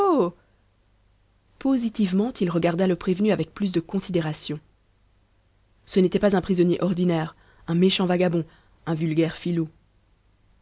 positivement il regarda le prévenu avec plus de considération ce n'était pas un prisonnier ordinaire un méchant vagabond un vulgaire filou